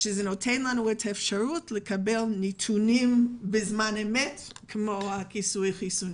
אפשרות לקבל נתונים בזמן אמת כמו הכיסוי החיסוני.